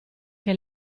che